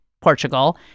Portugal